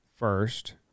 First